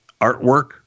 artwork